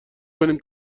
کنیم